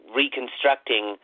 reconstructing